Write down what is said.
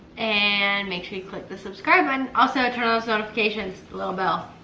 and make sure you click the subscribe button. also, turn on those notifications, the little bell.